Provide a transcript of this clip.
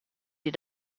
die